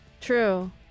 True